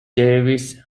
davis